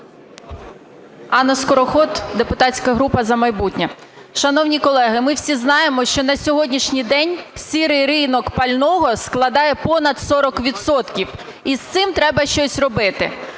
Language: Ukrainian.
Анна Скороход, депутатська група "За майбутнє". Шановні колеги, ми всі знаємо, що на сьогоднішній день "сірий" ринок пального складає понад 40 відсотків і з цим треба щось робити.